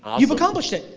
you've accomplished it.